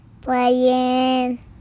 playing